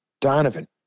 Donovan